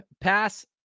pass